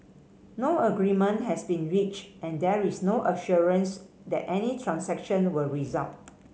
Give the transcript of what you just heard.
no agreement has been reached and there is no assurance that any transaction will result